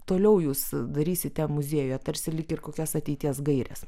toliau jūs darysite muziejuje tarsi lyg ir kokias ateities gaires